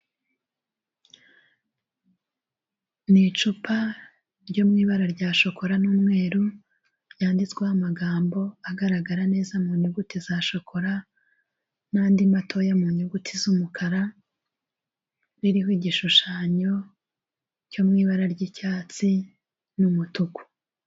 Ni icupa ryo mu ibara rya shokora n'umweru byanditsweho amagambo agaragara neza mu nyuguti za shokora n'andi matoya mu nyuguti z'umukara, biriho igishushanyo cyo mu ibara ry'icyatsi n'umutuku.